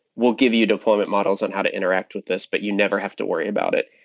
we'll give you deployment models on how to interact with this, but you never have to worry about it.